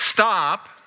Stop